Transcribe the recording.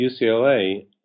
UCLA